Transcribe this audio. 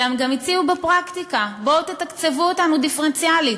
אלא גם הציעו בפרקטיקה: בואו תתקצבו אותנו דיפרנציאלית,